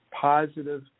positive